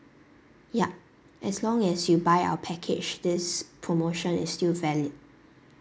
yea as long as you buy our package this promotion is still valid